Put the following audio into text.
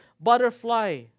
butterfly